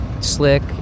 slick